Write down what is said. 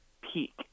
peak